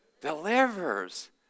Delivers